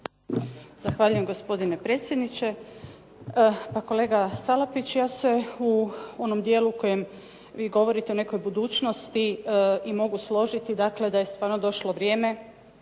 Zahvaljujem gospodine predsjedniče. Pa kolega Salapić je se u onom dijelu o kojem vi govorite o nekoj budućnosti i mogu složiti da je stvarno došlo vrijeme